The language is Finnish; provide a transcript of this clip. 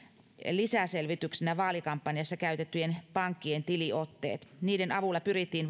lisäselvityksenä vaalikampanjassa käytettyjen pankkien tiliotteet niiden avulla pyrittiin